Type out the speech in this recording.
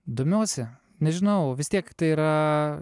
domiuosi nežinau vis tiek tai yra